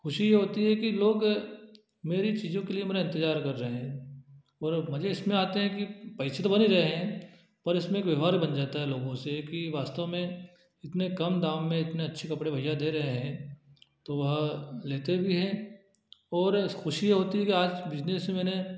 खुशी ये होती है कि लोग मेरी चीजों के लिए मेरा इंतजार कर रहे हैं और मजे इसमें आते हैं कि परिचय तो बनी गए हैं पर उसमें एक व्यवहार भी बन जाता है लोगों से कि वास्तव में इतने कम दाम में इतने अच्छे कपड़े भइया दे रहे हैं तो वह लेते भी हैं और खुशी होती है कि आज बिजनेस में मैंने